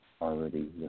already